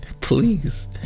please